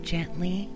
Gently